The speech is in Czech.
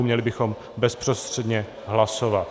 Měli bychom bezprostředně hlasovat.